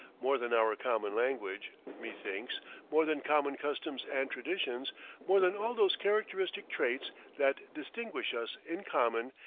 more than our common language, methinks more than common customs and traditions more than all those characteristic traits that distinguish us in common,